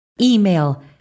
email